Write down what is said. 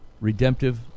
redemptive